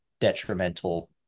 detrimental